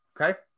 okay